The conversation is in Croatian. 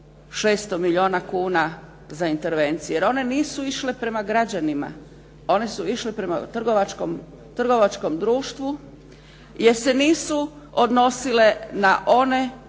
600 milijuna kuna za intervencije, jer one nisu išle prema građanima. One su išle prema trgovačkom društvu, jer se nisu odnosile na one